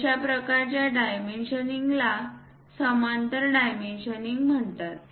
अशा प्रकारच्या डायमेन्शनिंगला समांतर डायमेन्शनिंग म्हणतात